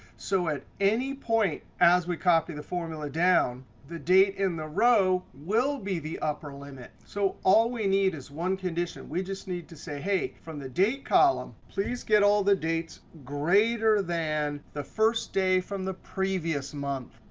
so at any point as we copy the formula down, the date in the row will be the upper limit. so all we need is one condition. we just need to say, hey, from the date column, please get all the dates greater than the first day from the previous month.